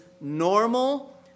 normal